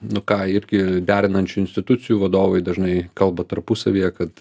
nu ką irgi derinančių institucijų vadovai dažnai kalba tarpusavyje kad